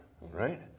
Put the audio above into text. right